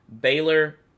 Baylor